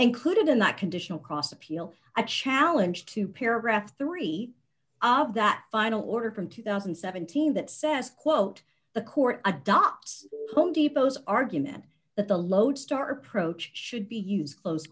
included in that conditional cross appeal a challenge to paragraph three that final order from two thousand and seventeen that says quote the court adopts home depot's argument that the lodestar approach should be used close